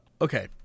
Okay